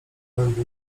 głębi